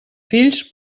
fills